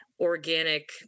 organic